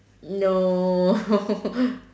no